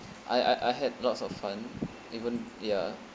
I I I had lots of fun even ya